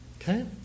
Okay